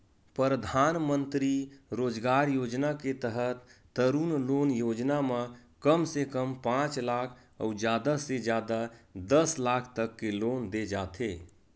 परधानमंतरी रोजगार योजना के तहत तरून लोन योजना म कम से कम पांच लाख अउ जादा ले जादा दस लाख तक के लोन दे जाथे